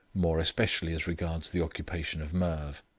more especially as regards the occupation of merv.